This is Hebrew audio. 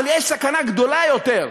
אבל יש סכנה גדולה יותר,